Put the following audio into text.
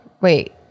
wait